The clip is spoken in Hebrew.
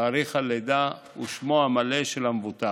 תאריך הלידה ושמו המלא של המבוטח,